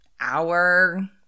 hour